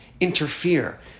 interfere